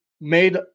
made